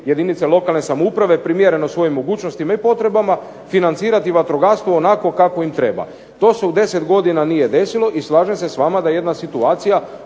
jedinice lokalne samouprave primjereno svojim mogućnostima i potrebama financirati vatrogastvo onako kako im treba. To se u 10 godina nije desilo i slažem se s vama da je jedna situacija